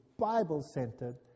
Bible-centered